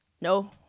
no